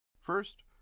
First